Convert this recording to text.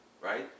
Right